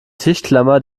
tischklammer